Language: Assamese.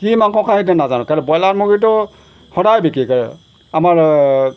কি মাংস খাই সেইটো নাজানো কেলে ব্ৰইলাৰ মুৰ্গীটো সদায় বিক্ৰী কৰে আমাৰ